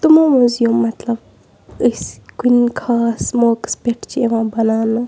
تِمو منٛز یِم مطلب أسۍ کُنہِ خاص موقعَس پٮ۪ٹھ چھِ یِوان بَناونہٕ